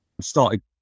started